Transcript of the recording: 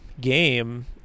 game